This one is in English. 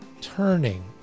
turning